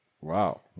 wow